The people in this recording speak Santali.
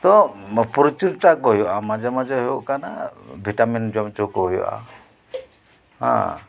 ᱛᱳ ᱯᱚᱨᱤ ᱪᱚᱨᱪᱟᱠᱚ ᱦᱩᱭᱩᱜᱼᱟ ᱢᱟᱡᱷᱮ ᱢᱟᱡᱷᱮ ᱦᱩᱭᱩᱜ ᱠᱟᱱᱟ ᱵᱷᱤᱴᱟ ᱢᱤᱱ ᱡᱚᱢ ᱚᱪᱚᱠᱚ ᱦᱩᱭᱩᱜᱼᱟ